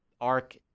arc